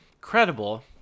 credible